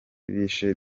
bishe